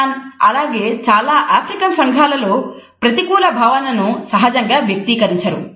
Japan సంఘాలలో ప్రతికూల భావనను సహజంగా వ్యక్తీకరించరు